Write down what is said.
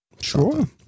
Sure